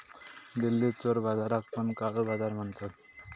दिल्लीत चोर बाजाराक पण काळो बाजार म्हणतत